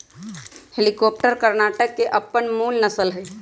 हल्लीकर कर्णाटक के अप्पन मूल नसल हइ